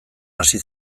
hasi